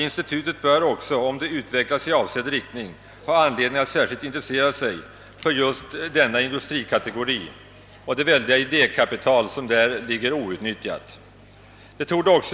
Institutet bör också, om det utvecklas i avsedd riktning, ha anledning att särskilt intressera sig för just denna industrikategori och det väldiga idékapital som där ligger outnyttjat.